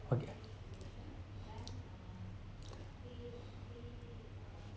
okay